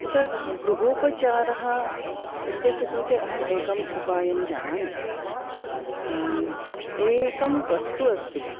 तत्र गृहोपचारः इत्यस्य कृते अहम् एकम् उपायं जानामि एकं वस्तु अस्ति